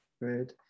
right